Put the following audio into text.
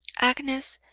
agnes,